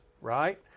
right